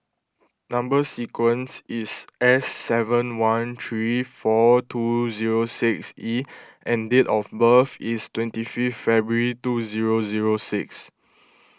Number Sequence is S seven one three four two zero six E and date of birth is twenty fifth February two zero zero six